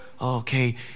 Okay